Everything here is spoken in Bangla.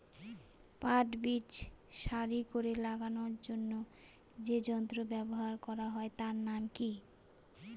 পাট বীজ সারি করে লাগানোর জন্য যে যন্ত্র ব্যবহার হয় তার নাম কি?